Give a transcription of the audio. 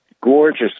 gorgeous